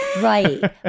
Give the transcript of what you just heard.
Right